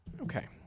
Okay